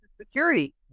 security